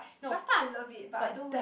last time I love it but I don't wear